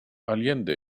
allende